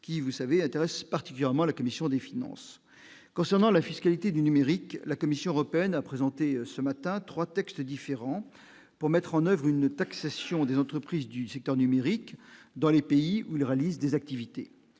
qui vous savez, intéresse particulièrement à la commission des finances concernant la fiscalité du numérique, la Commission européenne a présenté, ce matin, 3 textes différents, pour mettre en oeuvre une taxation des entreprises du secteur numérique dans les pays où il réalise des activités